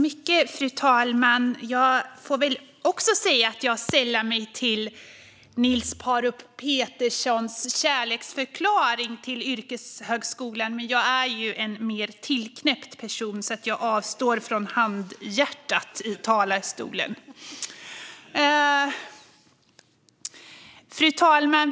Fru talman! Jag får väl också instämma i Niels Paarup-Petersens kärleksförklaring till yrkeshögskolan, men jag är ju en mer tillknäppt person, så jag avstår från handhjärtat i talarstolen. Fru talman!